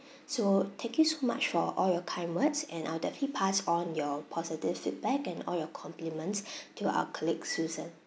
so thank you so much for all your kind words and I'll definitely pass on your positive feedback and all your compliments to our colleague susan